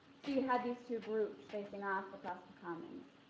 so you had these two groups facing off across the commons.